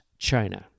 China